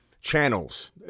channels